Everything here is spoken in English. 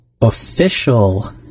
official